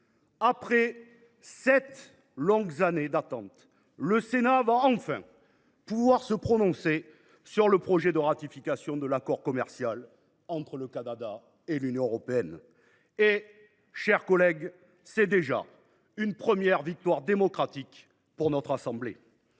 après sept longues années d’attente, le Sénat va enfin pouvoir se prononcer sur le projet de ratification de l’accord commercial entre le Canada et l’Union européenne. Mes chers collègues, cela est déjà une première victoire démocratique pour notre assemblée.